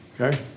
Okay